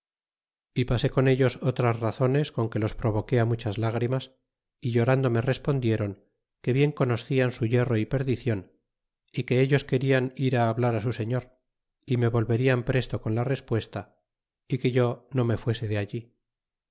y pase con ellos otras razones con que los provoqué muchas lágrimas y llorando me respondieron que bien conoscian su yerro y perdicion y que ellos querían e ir hablaré su señor y me volverian presto con la ri apuesta e y que no me fuese de allí